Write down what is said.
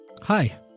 Hi